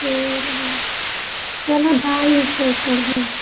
चलो चलो ढाई सौ कर दे